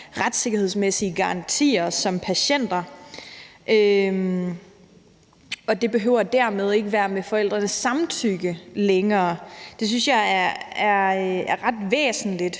retssikkerhedsmæssige garantier som patienter. Det behøver hermed ikke være med forældrenes samtykke længere. Det synes jeg er ret væsentligt,